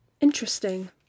Interesting